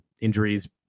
Injuries